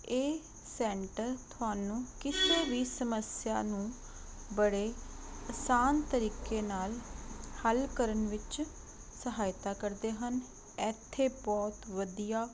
ਇਹ ਸੈਂਟਰ ਤੁਹਾਨੂੰ ਕਿਸੇ ਵੀ ਸਮੱਸਿਆ ਨੂੰ ਬੜੇ ਆਸਾਨ ਤਰੀਕੇ ਨਾਲ ਹੱਲ ਕਰਨ ਵਿੱਚ ਸਹਾਇਤਾ ਕਰਦੇ ਹਨ ਇੱਥੇ ਬਹੁਤ ਵਧੀਆ